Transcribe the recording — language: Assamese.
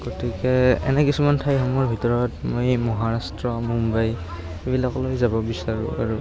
গতিকে এনে কিছুমান ঠাইসমূহৰ ভিতৰত মই মহাৰাষ্ট্ৰ মুম্বাই এইবিলাকলৈ যাব বিচাৰোঁ আৰু